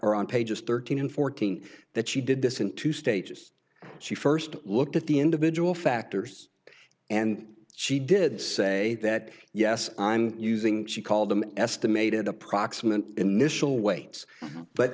or on pages thirteen and fourteen that she did this in two stages she first looked at the individual factors and she did say that yes i'm using she called them estimated approximate initial weights but